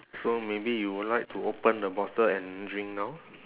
so maybe you will like to open the bottle and drink now